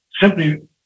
simply